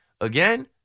again